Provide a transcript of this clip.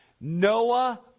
Noah